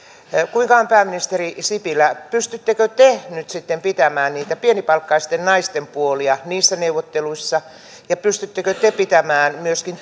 kuinka on pääministeri sipilä pystyttekö te nyt sitten pitämään niiden pienipalkkaisten naisten puolia niissä neuvotteluissa ja pystyttekö te pitämään myöskin